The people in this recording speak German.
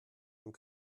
und